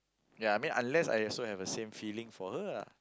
ya I mean unless I also have the same feeling for her lah